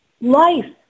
Life